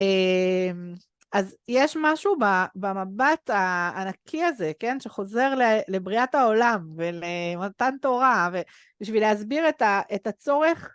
אז יש משהו במבט הענקי הזה, כן, שחוזר לבריאת העולם ולמתן תורה ובשביל להסביר את הצורך